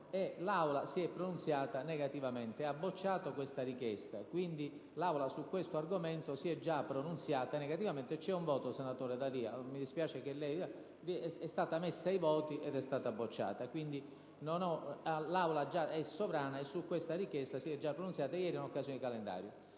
l'Aula si è pronunciata negativamente, bocciando tale richiesta. Quindi, l'Aula su questo argomento si è già pronunziata negativamente. C'è un voto, senatore D'Alia, mi dispiace: la richiesta è stata messa ai voti ed è stata bocciata. L'Aula è sovrana e su quella richiesta si è già pronunziata ieri in occasione della